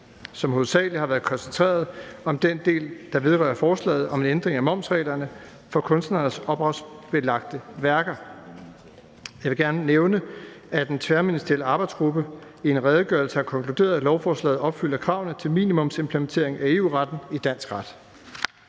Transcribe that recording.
som hovedsagelig har været koncentreret om den del, der vedrører forslaget om en ændring af momsreglerne for kunstneres ophavsretsbelagte værker. Jeg vil gerne nævne, at en tværministeriel arbejdsgruppe i en redegørelse har konkluderet, at lovforslaget opfylder kravene til minimumsimplementering af EU-retten i dansk ret,